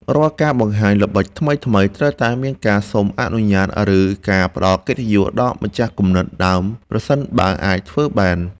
រាល់ការបង្ហាញល្បិចថ្មីៗត្រូវតែមានការសុំអនុញ្ញាត ឬ ការផ្តល់កិត្តិយសដល់ម្ចាស់គំនិតដើមប្រសិនបើអាចធ្វើបាន។